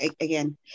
again